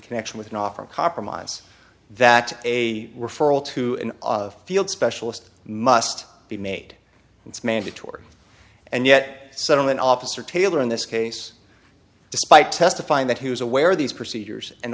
connection with an offer in compromise that a referral to an of field specialist must be made it's mandatory and yet suddenly an officer tailor in this case despite testifying that he was aware of these procedures and